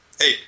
Hey